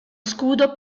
scudo